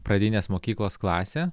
pradinės mokyklos klasė